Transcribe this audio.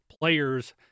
players